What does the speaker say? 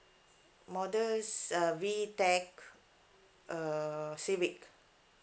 model is a VTEC err civic